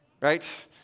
right